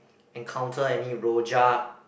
encounter any Rojak